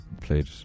played